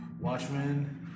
watchmen